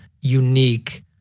unique